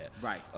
right